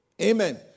Amen